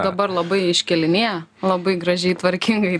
dabar labai iškelinėja labai gražiai tvarkingai